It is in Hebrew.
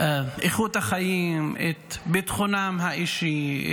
איכות החיים, את הביטחון האישי,